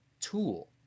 tool